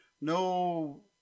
no